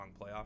playoff